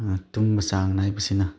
ꯇꯨꯝꯕ ꯆꯥꯡ ꯅꯥꯏꯕꯁꯤꯅ